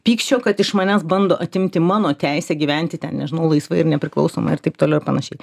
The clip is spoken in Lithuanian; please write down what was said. pykčio kad iš manęs bando atimti mano teisę gyventi ten nežinau laisvai ir nepriklausomai ir taip toliau ir panašiai